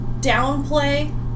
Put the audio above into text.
downplay